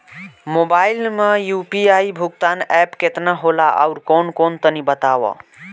Mobile म UPI भुगतान app केतना होला आउरकौन कौन तनि बतावा?